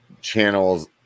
channels